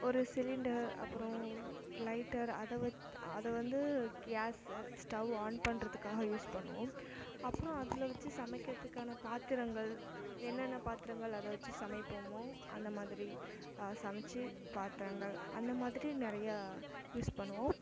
ஒரு சிலிண்டர் அப்புறம் லைட்டர் அதை வ அதை வந்து கேஸ் ஸ்டவ் ஆன் பண்ணுறதுக்காக யூஸ் பண்ணுவோம் அப்புறம் அதில் வச்சு சமைக்கிறதுக்கான பாத்திரங்கள் என்னென்ன பாத்திரங்கள் அதை வச்சு சமைப்போமோ அந்த மாதிரி சமைச்சு பாத்திரங்கள் அந்த மாதிரி நிறையா யூஸ் பண்ணுவோம்